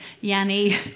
Yanni